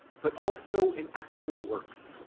but also in actual works,